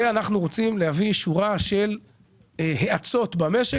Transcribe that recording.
ואנחנו רוצים להביא שורה של האצות במשק